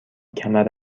کمر